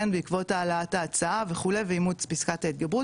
בעקבות העלאת ההצעה וכו ואימוץ פיסקת התגברות.